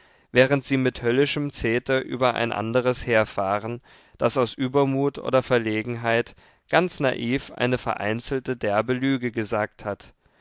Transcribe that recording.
während sie mit höllischem zeter über ein anderes herfahren das aus übermut oder verlegenheit ganz naiv eine vereinzelte derbe lüge gesagt hat